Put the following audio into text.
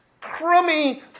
crummy